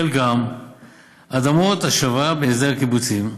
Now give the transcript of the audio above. חלקם אדמות השבה מהסדר הקיבוצים,